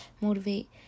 motivate